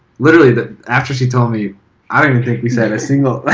literally but after she told me i don't even thing we said a single,